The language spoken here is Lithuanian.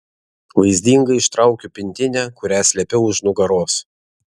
vaizdingai ištraukiu pintinę kurią slėpiau už nugaros